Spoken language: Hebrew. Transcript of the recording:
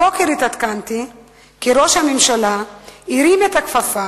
הבוקר התעדכנתי כי ראש הממשלה הרים את הכפפה